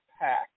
Pack